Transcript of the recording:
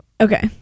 okay